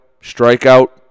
strikeout